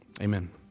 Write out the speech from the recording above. Amen